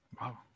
Wow